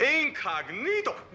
Incognito